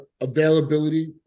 availability